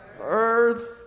earth